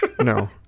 no